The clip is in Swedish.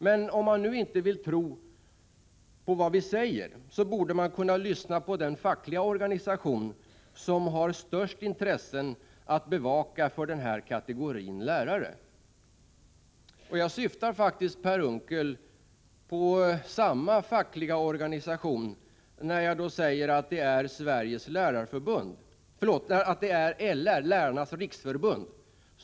Men om man nu inte vill tro på vad vi säger, så borde man kunna lyssna på den fackliga organisation som har att bevaka intressena för det största antalet av de lärare det här är fråga om. Jag syftar då, Per Unckel, på samma fackliga organisation som Per Unckel åberopade, dvs. Lärarnas riksförbund.